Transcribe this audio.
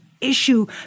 issue